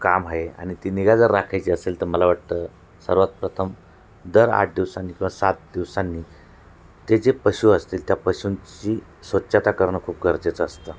काम आहे आणि ती निगा जर राखायची असेल तर मला वाटतं सर्वात प्रथम दर आठ दिवसांनी किंवा सात दिवसांनी ते जे पशू असतील त्या पशुंची स्वच्छता करणं खूप गरजेचं असतं